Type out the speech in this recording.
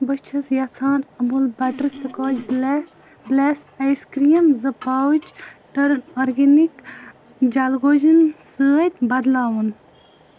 بہٕ چھِس یَژھان اموٗل بَٹَر سٕکاچ بٕلَر بٕلَس آیس کرٛیٖم زٕ پاوُچ ٹٔرٕک آرگینِک جلگوجٮ۪ن سۭتۍ بدلاوُن